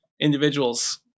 individuals